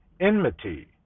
enmity